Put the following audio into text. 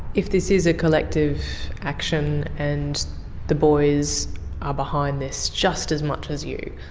if this is a collective action and the boys are behind this just as much as you,